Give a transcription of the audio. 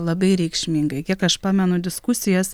labai reikšmingai kiek aš pamenu diskusijas